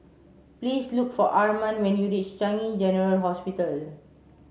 please look for Armand when you reach Changi General Hospital